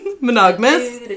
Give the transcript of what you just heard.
Monogamous